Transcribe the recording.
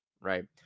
right